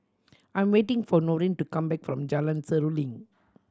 I'm waiting for Noreen to come back from Jalan Seruling